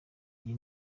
iyi